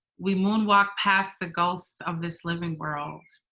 we moonwalked past the ghosts of this living world.